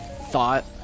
thought